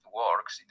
works